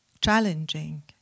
challenging